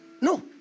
No